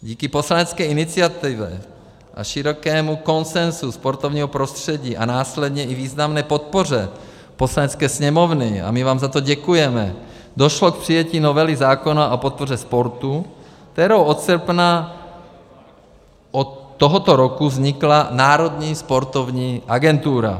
Díky poslanecké iniciativě a širokému konsenzu sportovního prostředí a následně i významné podpoře Poslanecké sněmovny a my vám za to děkujeme došlo k přijetí novely zákona o podpoře sportu, kterou od srpna, od tohoto roku vznikla Národní sportovní agentura.